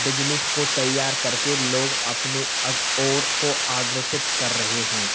business को तैयार कर के लोग अपने और को अग्रेषित कर रहे हैं